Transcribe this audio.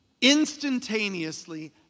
instantaneously